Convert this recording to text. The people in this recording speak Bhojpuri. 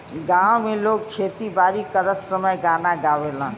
गांव में लोग खेती बारी करत समय गाना गावेलन